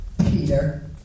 Peter